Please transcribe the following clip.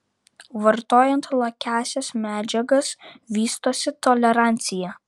vartojant lakiąsias medžiagas vystosi tolerancija